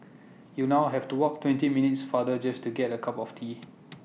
you know have to walk twenty minutes farther just to get A cup of tea